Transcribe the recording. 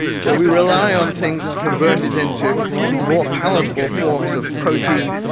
so we rely on things to convert it into more palatable forms of protein.